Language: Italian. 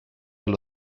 allo